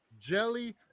jelly